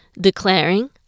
declaring